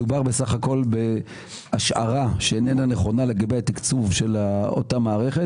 מדובר בסך הכול בהשערה שאיננה נכונה לגבי התקצוב של אותה מערכת